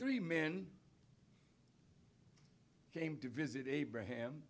three men came to visit abraham